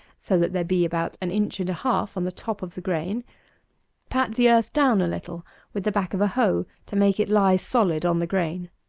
so that there be about an inch and a half on the top of the grain pat the earth down a little with the back of a hoe to make it lie solid on the grain.